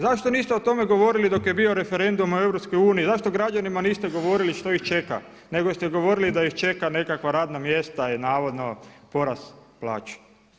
Zašto niste o tome govorili dok je bio referendum o EU, zašto građanima niste govorili što ih čeka nego ste govorili da ih čeka nekakva radna mjesta i navodno porast plaća.